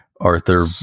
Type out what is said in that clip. Arthur